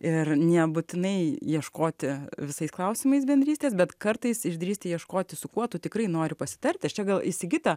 ir nebūtinai ieškoti visais klausimais bendrystės bet kartais išdrįsti ieškoti su kuo tu tikrai nori pasitarti aš čia gal į sigitą